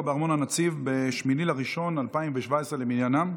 בארמון הנציב ב-8 בינואר 2017 למניינם.